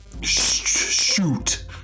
shoot